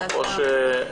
חשובה.